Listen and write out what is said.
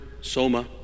soma